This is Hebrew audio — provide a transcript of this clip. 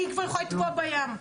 היא כבר יכולה לטבוע בים,